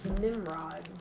Nimrod